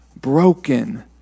broken